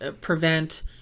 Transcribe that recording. prevent